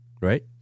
right